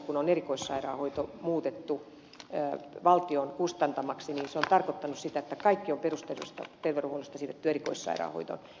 kun on erikoissairaanhoito muutettu valtion kustantamaksi se on tarkoittanut sitä että kaikki on perusterveydenhuollosta siirretty erikoissairaanhoitoon